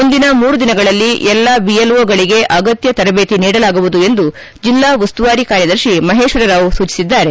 ಮುಂದಿನ ಮೂರು ದಿನಗಳಲ್ಲಿ ಎಲ್ಲಾ ಬಿಎಲ್ಒಗಳಿಗೆ ಅಗತ್ಯ ತರಬೇತಿ ನೀಡಲಾಗುವುದು ಎಂದು ಜಿಲ್ಲಾ ಉಸ್ತುವಾರಿ ಕಾರ್ಯದರ್ಶಿ ಮಹೇಶ್ವರರಾವ್ ಸೂಚಿಸಿದ್ದಾರೆ